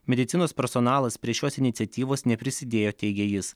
medicinos personalas prie šios iniciatyvos neprisidėjo teigė jis